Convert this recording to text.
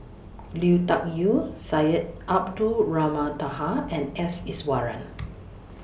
Lui Tuck Yew Syed Abdulrahman Taha and S Iswaran